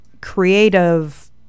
creative